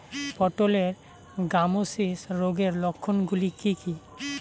পটলের গ্যামোসিস রোগের লক্ষণগুলি কী কী?